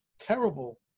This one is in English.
terrible